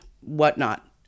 whatnot